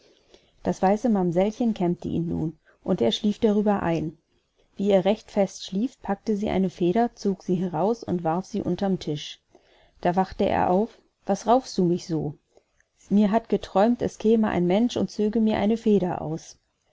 das weiße mamsellchen kämmte ihn nun und er schlief darüber ein wie er recht fest schlief packte sie eine feder zog sie aus und warf sie unterm tisch da wachte er auf was raufst du mich so mir hat geträumt es käme ein mensch und zöge mir eine feder aus